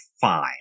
fine